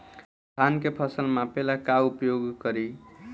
धान के फ़सल मापे ला का उपयोग करी?